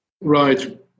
right